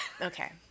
okay